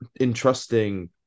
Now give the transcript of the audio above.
entrusting